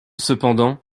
cependant